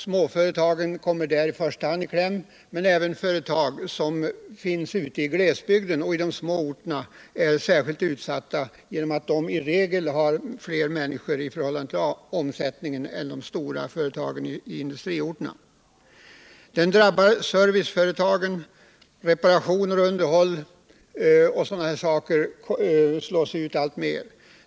Småföretagen kommer därvid i första hand i kläm, men även företag ute i glesbygden och på de små orterna blir särskilt utsatta, eftersom de i regel har fler anställda i förhållande till omsättningen än de stora företagen på industriorterna. Serviceföretagen drabbas också. Reparationer, underhåll och liknande verksamheter slås ut alltmer.